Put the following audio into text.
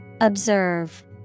Observe